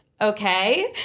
Okay